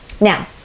Now